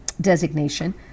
designation